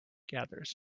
gathers